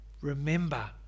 Remember